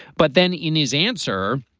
but then in his answer,